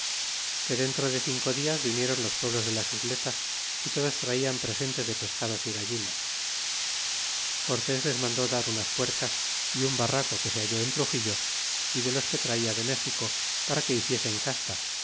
que dentro de cinco dias vinieron los pueblos de las isletas y todos traían presentes de pescados y gallinas y cortés les mandó dar unas puercas y un barraco que se halló en truxillo y de los que traia de méxico para que hiciesen casta